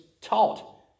taught